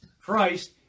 Christ